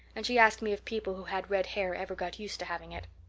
and she asked me if people who had red hair ever got used to having it.